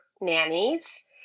nannies